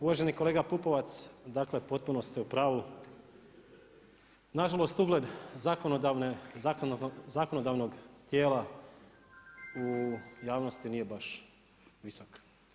Uvaženi kolega Pupovac, dakle potpuno ste u pravu, nažalost ugled zakonodavnog tijela u javnosti nije baš visok.